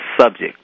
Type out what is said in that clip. subject